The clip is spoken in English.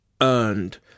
earned